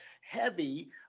heavy